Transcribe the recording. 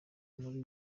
muri